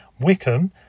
Wickham